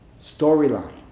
storyline